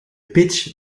pitch